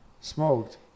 smoked